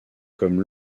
comme